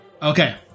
Okay